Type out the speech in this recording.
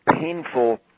painful